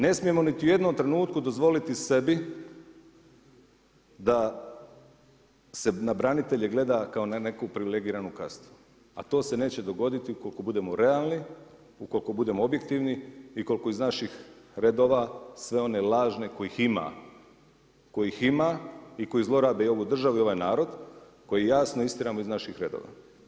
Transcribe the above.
Ne smijemo niti u jednom trenutku dozvoliti sebi da se na branitelje gleda kao na neku privilegiranu kastu, a to se neće dogoditi ukoliko budemo realni, ukoliko budemo objektivni i ukoliko iz naših redova sve one lažne kojih ima, kojih ima i koji zlorabe i ovu državu i ovaj narod, koje jasno istjeramo iz naših redova.